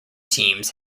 teams